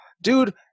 Dude